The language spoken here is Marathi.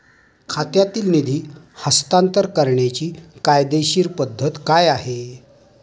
खात्यातील निधी हस्तांतर करण्याची कायदेशीर पद्धत काय आहे?